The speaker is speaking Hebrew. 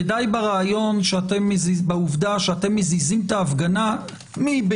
ודי בעובדה שאתם מזיזים את ההפגנה מול